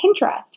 Pinterest